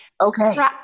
Okay